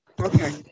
Okay